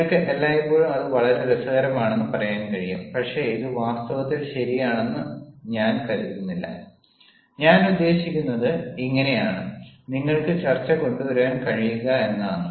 നിങ്ങൾക്ക് എല്ലായ്പ്പോഴും അത് വളരെ രസകരമാണെന്ന് പറയാൻ കഴിയും പക്ഷേ ഇത് വാസ്തവത്തിൽ ശരിയാണെന്ന് ആണെന്ന് ഞാൻ കരുതുന്നില്ല ഞാൻ ഉദ്ദേശിക്കുന്നത് ഇങ്ങനെയാണ് നിങ്ങൾക്ക് ചർച്ച കൊണ്ടുവരാൻ കഴിയുക എന്നാണ്